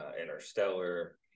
Interstellar